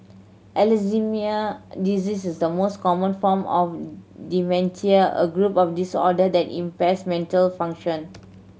disease is the most common form of dementia a group of disorder that impairs mental function